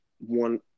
One